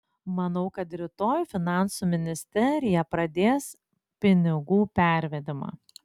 manau kad rytoj finansų ministerija pradės pinigų pervedimą